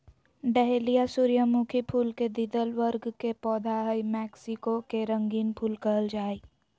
dahlia सूर्यमुखी फुल के द्विदल वर्ग के पौधा हई मैक्सिको के रंगीन फूल कहल जा हई